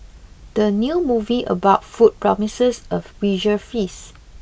the new movie about food promises a visual feast